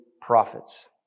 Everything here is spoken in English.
prophets